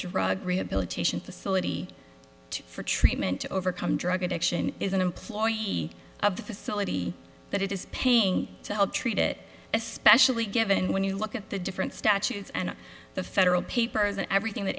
drug rehabilitation facility for treatment to overcome drug addiction is an employee of the facility that it is paying to help treat it especially given when you look at the different statutes and the federal papers and everything that